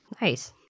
Nice